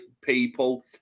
people